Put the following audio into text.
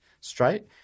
straight